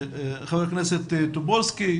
חבר הכנסת טופורובסקי.